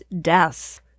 deaths